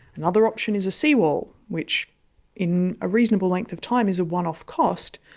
another option is a seawall, which in a reasonable length of time is a one-off cost,